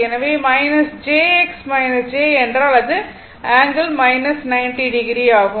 எனவே j x j என்றால் அது ∠ 90o ஆகும்